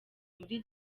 muri